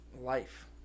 life